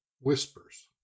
Whispers